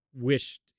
wished